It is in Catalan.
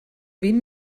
vint